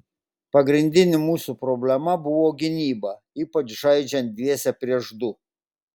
pagrindinė mūsų problema buvo gynyba ypač žaidžiant dviese prieš du